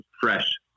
fresh